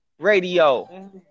radio